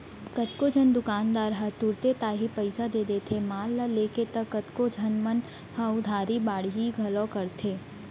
कतको झन दुकानदार ह तुरते ताही पइसा दे देथे माल ल लेके त कतको झन मन ह उधारी बाड़ही घलौ करथे